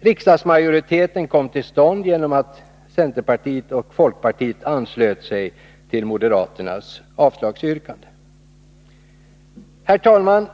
Riksdagsmajoriteten kom till stånd genom att centerpartiet och folkpartiet anslöt sig till moderaternas avslagsyrkande. Herr talman!